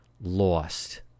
lost